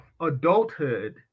adulthood